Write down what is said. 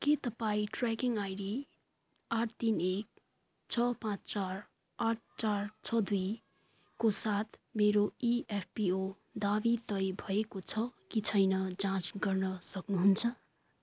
के तपाईँँ tracking ID आठ तिन एक छ पाचँ चार आठ चार छ दुईको साथ मेरो इएफपिओ दावी तय भएको छ कि छैन जाँच गर्न सक्नुहुन्छ